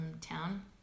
town